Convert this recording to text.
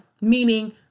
meaning